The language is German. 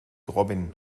robin